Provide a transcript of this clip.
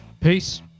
Peace